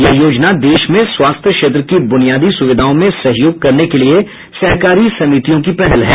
यह योजना देश में स्वास्थ्य क्षेत्र की बुनियादी सुविधाओं में सहयोग करने के लिए सहकारी समितियों की पहल होगी